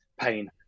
pain